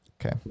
Okay